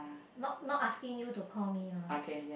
not not asking you to call me lah